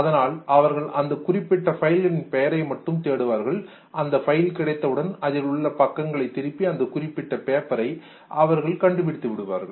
அதனால் அவர்கள் அந்தக் குறிப்பிட்ட பைல்களில் பெயரை மட்டும் தேடுவார்கள் அந்த பைல் கிடைத்தவுடன் அதில் உள்ள பக்கங்களை திருப்பி அந்த குறிப்பிட்ட பேப்பரை அவர்கள் கண்டுபிடித்து விடுவார்கள்